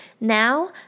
Now